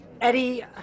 Eddie